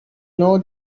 know